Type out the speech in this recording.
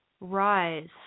rise